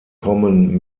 kommen